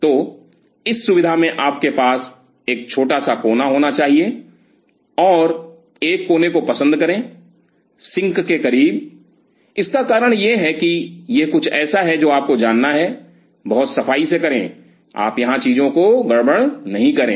तो इस सुविधा में आपके पास एक छोटा सा कोना होना चाहिए और एक कोने को पसंद करें सिंक के करीब इसका कारण यह है कि यह कुछ ऐसा है जो आपको जानना है बहुत सफाई से करें आप यहां चीजों को गड़बड़ नहीं करें